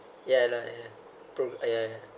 yeah lah yeah program uh ya yeah